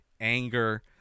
anger